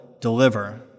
deliver